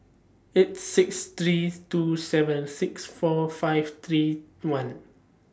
eight six three two seven six four five three one